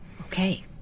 okay